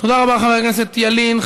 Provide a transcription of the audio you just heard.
תודה רבה לחבר הכנסת חיים ילין.